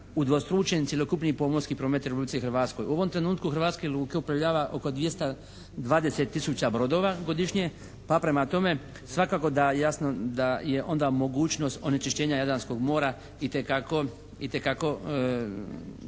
U ovom trenutku u hrvatske luke uplovljava oko 220 tisuća brodova godišnje pa prema tome svakako da jasno, da je onda mogućnost onečišćenja Jadranskog mora itekako povećana